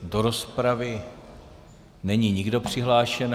Do rozpravy není nikdo přihlášen.